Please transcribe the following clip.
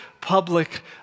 public